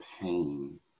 pain